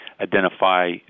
identify